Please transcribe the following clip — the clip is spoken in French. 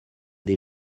des